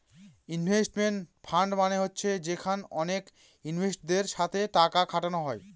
investment fund মানে হচ্ছে যেখানে অনেক ইনভেস্টারদের সাথে টাকা খাটানো হয়